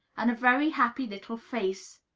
and a very happy little face.